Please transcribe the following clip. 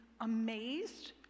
amazed